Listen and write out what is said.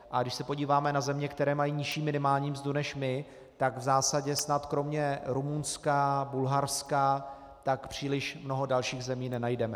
A když se podíváme na země, které mají nižší minimální mzdu než my, tak v zásadě snad kromě Rumunska, Bulharska příliš mnoho dalších zemí nenajdeme.